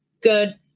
good